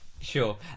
Sure